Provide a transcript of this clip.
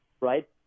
right